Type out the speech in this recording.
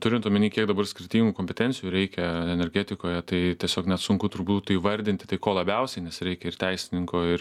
turint omeny kiek dabar skirtingų kompetencijų reikia energetikoje tai tiesiog net sunku turbūt įvardinti tai ko labiausiai nes reikia ir teisininko ir